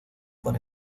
con